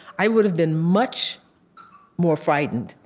i would have been much more frightened,